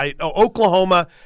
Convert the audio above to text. Oklahoma